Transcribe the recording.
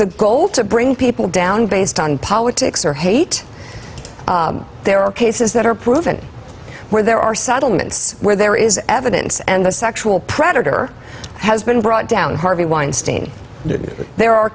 the goal to bring people down based on politics or hate there are cases that are proven where there are settlements where there is evidence and the sexual predator has been brought down harvey